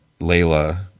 Layla